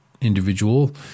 individual